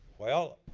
well,